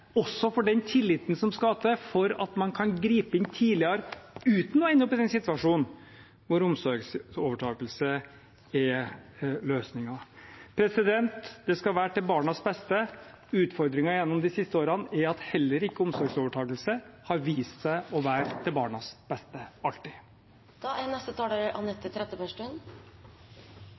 også for den tilliten som skal til for at man kan gripe inn tidligere, uten å ende opp i den situasjonen der omsorgsovertakelse er løsningen. Det skal være til barnas beste. Utfordringen gjennom de siste årene er at heller ikke omsorgsovertakelse har vist seg å være til barnas beste alltid.